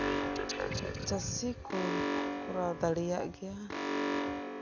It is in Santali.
ᱪᱟᱥᱤ ᱠᱚ ᱠᱚᱨᱟᱣ ᱫᱟᱲᱤᱭᱟᱜ ᱜᱮᱭᱟ